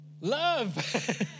love